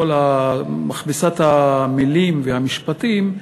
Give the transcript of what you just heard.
וכל מכבסת המילים והמשפטים,